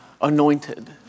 anointed